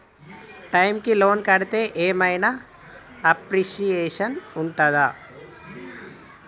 Time కి loan కడ్తే ఏం ఐనా అప్రిషియేషన్ ఉంటదా?